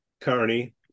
Carney